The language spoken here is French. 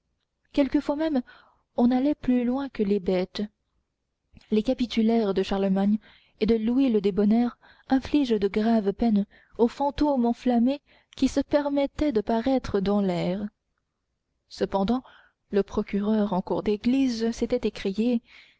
quelquefois même on allait plus loin que les bêtes les capitulaires de charlemagne et de louis le débonnaire infligent de graves peines aux fantômes enflammés qui se permettraient de paraître dans l'air cependant le procureur en cour d'église s'était écrié